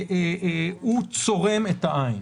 הוא צורם את העין.